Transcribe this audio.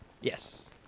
Yes